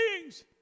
beings